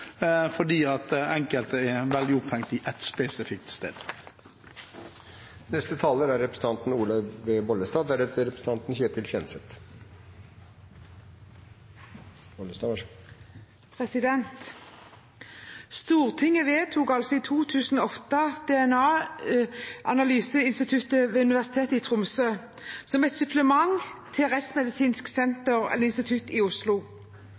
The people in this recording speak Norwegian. fordi enkelte er veldig opphengt i et spesifikt sted. Stortinget vedtok i 2008 DNA-analyseinstituttet ved Universitetet i Tromsø, som et supplement til Rettsmedisinsk institutt i Oslo.